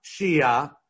Shia